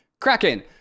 Kraken